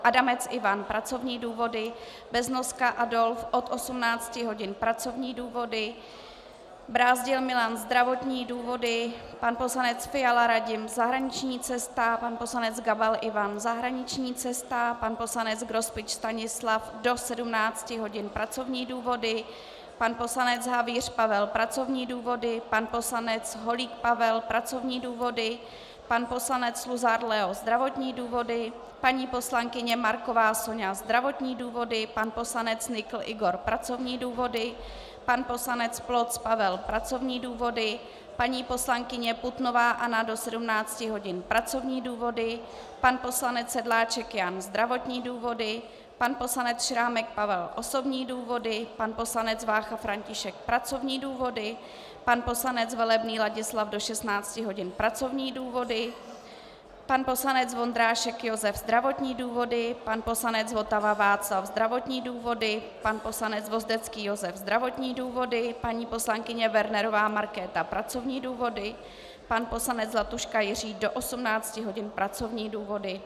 Adamec Ivan pracovní důvody, Beznoska Adolf od 18 hodin pracovní důvody, Brázdil Milan zdravotní důvody, pan poslanec Fiala Radim zahraniční cesta, pan poslanec Gabal Ivan zahraniční cesta, pan poslanec Grospič Stanislav do 17 hodin pracovní důvody, pan poslanec Havíř Pavel pracovní důvody, pan poslanec Holík Pavel pracovní důvody, pan poslanec Luzar Leo zdravotní důvody, paní poslankyně Marková Soňa zdravotní důvody, pan poslanec Nykl Igor pracovní důvody, pan poslanec Ploc Pavel pracovní důvody, paní poslankyně Putnová Anna do 17 hodin pracovní důvody, pan poslanec Sedláček Jan zdravotní důvody, pan poslanec Šrámek Pavel osobní důvody, pan poslanec Vácha František pracovní důvody, pan poslanec Velebný Ladislav do 16 hodin pracovní důvody, pan poslanec Vondrášek Josef zdravotní důvody, pan poslanec Votava Václav zdravotní důvody, pan poslanec Vozdecký Josef zdravotní důvody, paní poslankyně Wernerová Markéta pracovní důvody, pan poslanec Zlatuška Jiří do 18 hodin pracovní důvody.